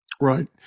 Right